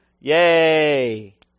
yay